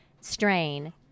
strain